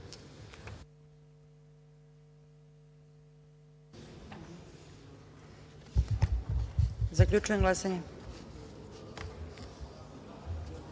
Zaključujem glasanje: